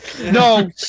No